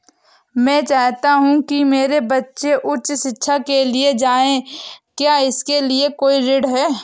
मैं चाहता हूँ कि मेरे बच्चे उच्च शिक्षा के लिए जाएं क्या इसके लिए कोई ऋण है?